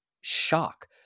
shock